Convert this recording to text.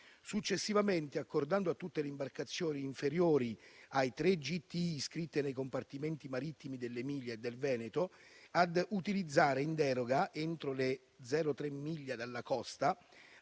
Successivamente è stata accordata a tutte le imbarcazioni inferiori ai tre GTI iscritte nei compartimenti marittimi dell'Emilia e del Veneto, la possibilità di utilizzare in deroga, entro le 0,3 miglia dalla costa